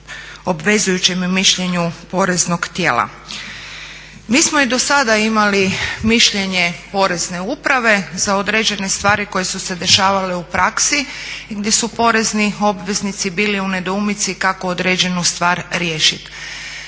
obvezujućem mišljenju poreznog tijela. Mi smo i do sada imali mišljenje Porezne uprave za određene stvari koje su se dešavale u praksi gdje su porezni obveznici bili u nedoumici kako određenu stvar riješit.